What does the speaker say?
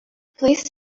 pleased